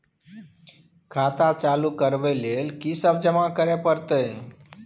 खाता चालू करबै लेल की सब जमा करै परतै?